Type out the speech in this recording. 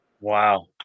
Wow